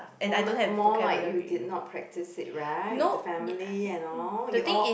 more like more like you did not practice it right with the family and all you all